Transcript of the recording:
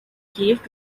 gave